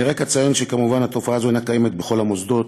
אני רק אציין שכמובן התופעה הזאת אינה קיימת בכל המוסדות,